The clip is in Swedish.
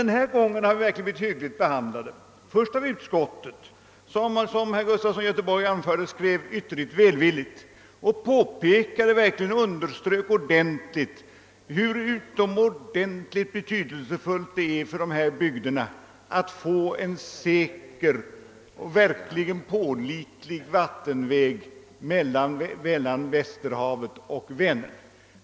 Men denna gång har vi verkligen blivit hyggligt behandlade, i första hand av utskottet vilket, såsom herr Gustafson i Göteborg påpekade, skrivit ytterligt välvilligt och faktiskt understrukit hur utomordentligt betydelsefullt det är för de berörda bygderna att få en säker och pålitlig vattenväg mellan Västerhavet och Vänern.